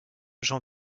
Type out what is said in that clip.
jean